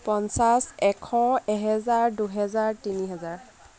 পঞ্চাছ এশ এহেজাৰ দুহেজাৰ তিনিহেজাৰ